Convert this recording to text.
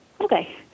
okay